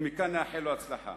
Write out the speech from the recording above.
ומכאן נאחל לו הצלחה.